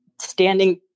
standing